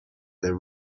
the